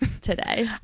today